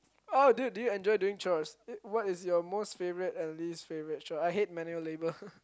oh dude do you enjoy during chores uh what is your most favourite and least favourite chores I hate manual labour